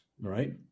right